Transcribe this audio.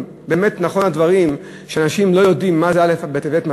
אם באמת נכונים הדברים שאנשים לא יודעים מה זה א' בטבת,